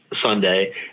Sunday